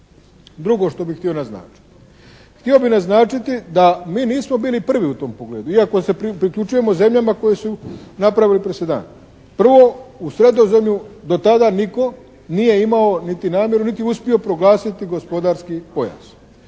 Drugo što bih htio naznačiti. Htio bih naznačiti da mi nismo bili prvi u tom pogledu iako se priključujemo zemljama koje su napravile presedan. Prvo u Sredozemlju do tada nitko nije imao niti namjeru niti uspio proglasiti gospodarski pojas.